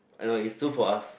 I know is too for us